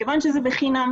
מכיוון שזה בחינם,